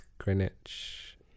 Greenwich